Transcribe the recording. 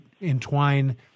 entwine